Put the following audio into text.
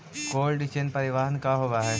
Cold chain परिवहन का होव हइ?